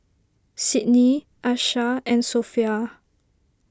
Sidney Asha and Sophia